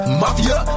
mafia